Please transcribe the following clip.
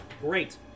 Great